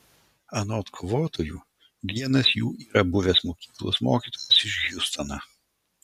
anot kovotojų vienas jų yra buvęs mokyklos mokytojas iš hjustono